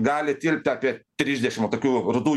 gali tilpti apie trisdešimt va tokių rudų